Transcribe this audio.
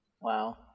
Wow